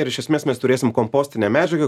ir iš esmės mes turėsim kompostinę medžiagą